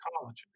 college